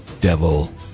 devil